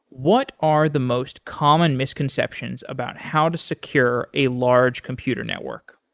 what are the most common misconceptions about how to secure a large computer network?